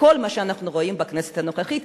כל מה שאנחנו רואים בכנסת הנוכחית,